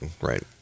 Right